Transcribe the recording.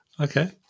Okay